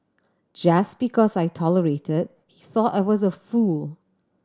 just because I tolerated thought I was a fool